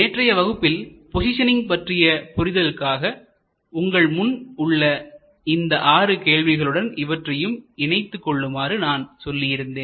நேற்றைய வகுப்பில் பேசிஷனிங் பற்றிய புரிதலுக்காக உங்கள் முன் உள்ள இந்த ஆறு கேள்விகளுடன் இவற்றையும் இணைத்து கொள்ளுமாறு நான் சொல்லியிருந்தேன்